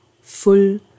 full